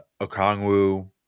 Okongwu